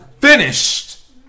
finished